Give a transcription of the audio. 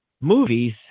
movies